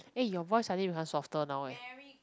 eh you voice suddenly become softer now eh